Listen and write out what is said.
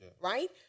right